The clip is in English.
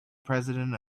president